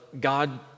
God